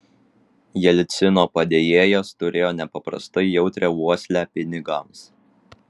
jelcino padėjėjas turėjo nepaprastai jautrią uoslę pinigams